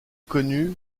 connu